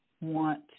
want